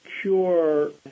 cure